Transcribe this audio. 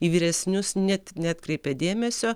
į vyresnius net neatkreipė dėmesio